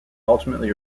ultimately